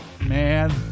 Man